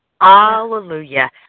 Hallelujah